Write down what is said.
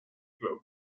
club